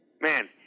Man